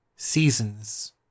Seasons